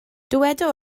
dyweda